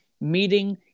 meeting